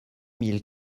mille